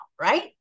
right